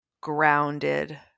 grounded